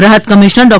રાહત કમિશનર ડો